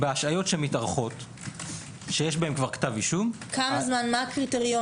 בהשעיות שמתארכות שיש בהן כתב אישום- -- מה הקריטריונים?